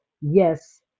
yes